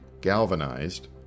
Galvanized